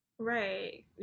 right